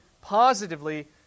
positively